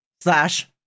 Slash